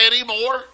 anymore